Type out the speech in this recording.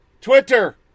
Twitter